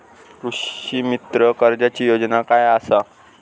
कृषीमित्र कर्जाची योजना काय असा?